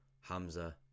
Hamza